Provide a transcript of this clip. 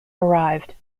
arrived